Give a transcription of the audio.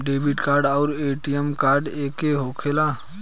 Debit card आउर ATM card एके होखेला?